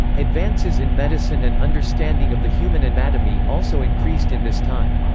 advances in medicine and understanding of the human anatomy also increased in this time.